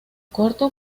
corto